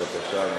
בבקשה.